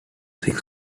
six